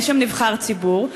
אין שם נבחר ציבור.